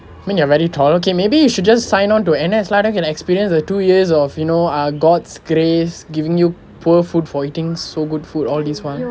I mean you're very tall okay maybe you should just sign on to N_S lah can experience a two years of you know err god's grace giving you poor food for eating so good food all these while